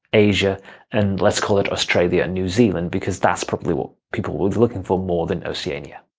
asia and let's call it australia and new zealand, because that's probably what people will be looking for more than oceania.